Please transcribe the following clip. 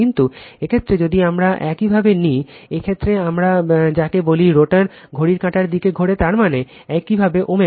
কিন্তু এই ক্ষেত্রে যদি আমরা একইভাবে নিই এই ক্ষেত্রে আমরা যাকে বলি রোটর ঘড়ির কাঁটার দিকে ঘোরে তার মানে এইভাবে ω